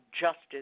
justice